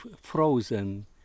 frozen